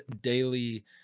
Daily